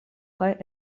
kaj